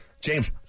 James